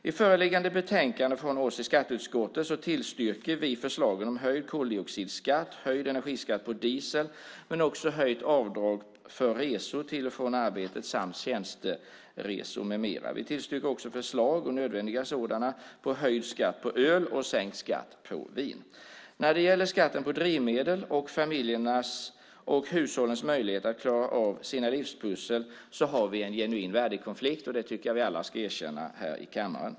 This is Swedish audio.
I föreliggande betänkande från oss i skatteutskottet tillstyrker vi förslagen om höjd koldioxidskatt, höjd energiskatt på diesel men också höjt avdrag för resor till och från arbetet samt tjänsteresor med mera. Vi tillstyrker också förslag, och nödvändiga sådana, om höjd skatt på öl och sänkt skatt på vin. När det gäller skatten på drivmedel och familjernas och hushållens möjligheter att klara av sina livspussel har vi en genuin värdekonflikt. Det tycker jag att vi alla ska erkänna här i kammaren.